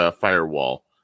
firewall